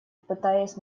пытаясь